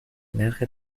نرخ